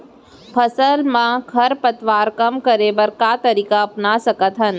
फसल मा खरपतवार कम करे बर का तरीका अपना सकत हन?